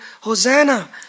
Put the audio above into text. Hosanna